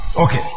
Okay